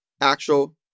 Actual